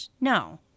No